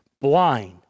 blind